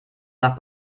nach